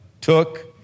took